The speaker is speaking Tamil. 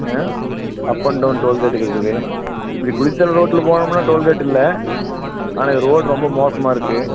ah up and down toll gate இருக்குது இப்படி குளித்தலை ரோட்டில் போனோமுன்னா டோல்கேட் இல்லை ஆனால் ரோடு ரொம்ப மோசமாக இருக்கு